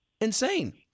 Insane